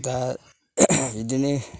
दा बिदिनो